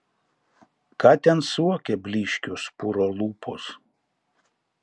ką ten suokia blyškios puro lūpos